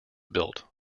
built